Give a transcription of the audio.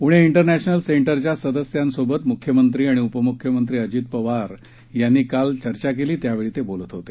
पुणे इंटरनध्मिल सेंटरच्या सदस्यांसोबत मुख्यमंत्री आणि उपमुख्यमंत्री अजित पवार यांनी काल चर्चा केली त्यावेळी ते बोलत होते